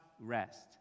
rest